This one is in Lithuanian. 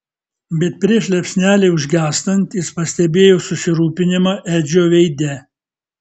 bet prieš liepsnelei užgęstant jis pastebėjo susirūpinimą edžio veide